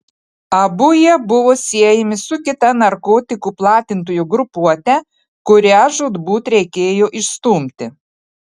abu jie buvo siejami su kita narkotikų platintojų grupuote kurią žūtbūt reikėjo išstumti